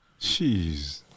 Jeez